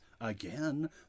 again